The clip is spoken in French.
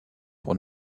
pour